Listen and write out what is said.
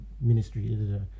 ministry